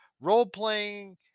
role-playing